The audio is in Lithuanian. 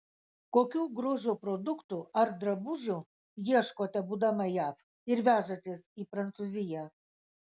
kokių grožio produktų ar drabužių ieškote būdama jav ir vežatės į prancūziją